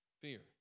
Fear